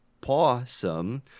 Possum